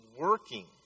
working